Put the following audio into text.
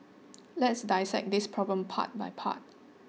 let's dissect this problem part by part